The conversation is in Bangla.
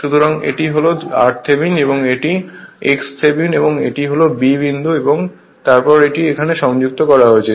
সুতরাং এটি হল r থেভনিন এটি x থেভনিন এবং এটি হল b বিন্দু এবং তারপর এটি এখানে সংযুক্ত করা হয়েছে